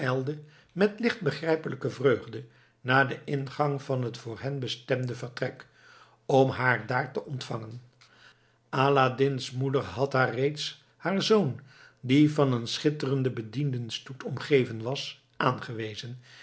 met licht begrijpelijke vreugde naar den ingang van het voor hen bestemde vertrek om haar daar te ontvangen aladdin's moeder had haar reeds haar zoon die van een schitterenden bediendenstoet omgeven was aangewezen